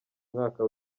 mwaka